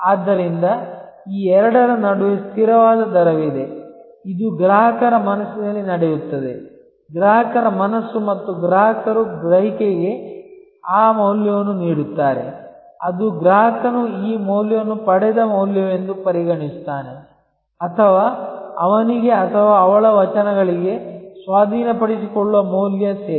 ಆದ್ದರಿಂದ ಈ ಎರಡರ ನಡುವೆ ಸ್ಥಿರವಾದ ದರವಿದೆ ಇದು ಗ್ರಾಹಕರ ಮನಸ್ಸಿನಲ್ಲಿ ನಡೆಯುತ್ತದೆ ಗ್ರಾಹಕರ ಮನಸ್ಸು ಮತ್ತು ಗ್ರಾಹಕರು ಗ್ರಹಿಕೆಗೆ ಆ ಮೌಲ್ಯವನ್ನು ನೀಡುತ್ತಾರೆ ಅದು ಗ್ರಾಹಕನು ಈ ಮೌಲ್ಯವನ್ನು ಪಡೆದ ಮೌಲ್ಯವೆಂದು ಪರಿಗಣಿಸುತ್ತಾನೆ ಅಥವಾ ಅವನಿಗೆ ಅಥವಾ ಅವಳ ವಚನಗಳಿಗೆ ಸ್ವಾಧೀನಪಡಿಸಿಕೊಳ್ಳುವ ಮೌಲ್ಯ ಸೇವೆ